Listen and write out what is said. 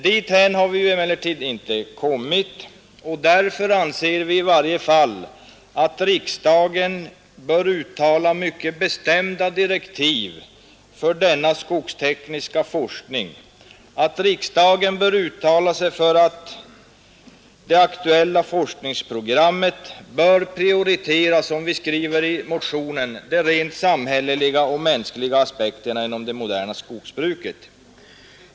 Dithän har vi emellertid inte nått, och därför anser vi att riksdagen i varje fall bör uttala mycket bestämda direktiv för denna skogstekniska forskning. Vi anser, som vi skriver i motionen, att riksdagen bör uttala sig för att det aktuella forskningsprogrammet bör prioritera de rent samhälleliga och mänskliga aspekterna inom det moderna skogsbruket.